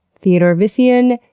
theodore vician,